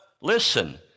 listen